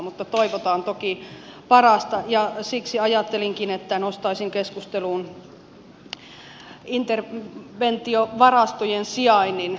mutta toivotaan toki parasta ja siksi ajattelinkin että nostaisin keskusteluun interventiovarastojen sijainnin